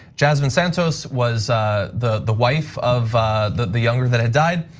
jasmine santos was the the wife of the the younger that had died.